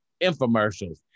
infomercials